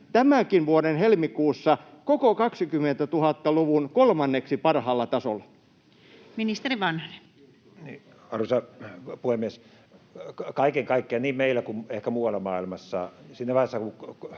tämänkin vuoden helmikuussa koko 2000-luvun kolmanneksi parhaalla tasolla. Ministeri Vanhanen. Arvoisa puhemies! Kaiken kaikkiaan niin meillä kuin ehkä muuallakin maailmassa siinä vaiheessa,